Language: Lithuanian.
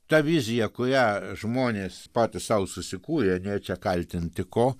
ta vizija kurią žmonės patys sau susikūrė nėr čia kaltinti ko